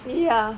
ya